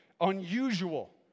unusual